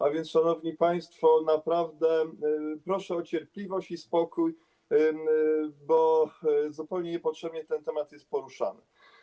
A więc, szanowni państwo, naprawdę proszę o cierpliwość i spokój, bo zupełnie niepotrzebnie ten temat jest poruszany.